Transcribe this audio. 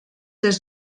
des